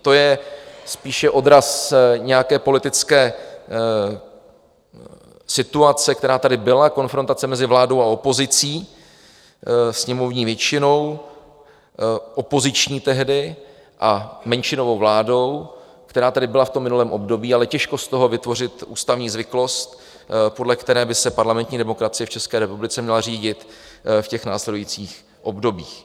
To je spíše odraz nějaké politické situace, která tady byla, konfrontace mezi vládou a opozicí, sněmovní většinou, opoziční tehdy, a menšinovou vládou, která tady byla v tom minulém období, ale těžko z toho vytvořit ústavní zvyklost, podle které by se parlamentní demokracie v České republice měla řídit v následujících obdobích.